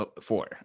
four